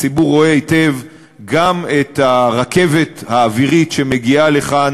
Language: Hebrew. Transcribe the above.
הציבור רואה היטב גם את הרכבת האווירית שמגיעה לכאן,